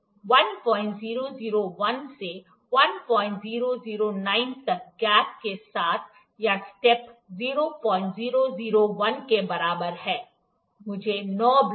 1001 से 1009 तक गैप के साथ या स्टेप 0001 के बराबर है मुझे नौ ब्लॉक मिलेंगे